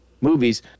movies